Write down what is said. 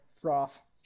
Froth